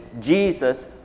Jesus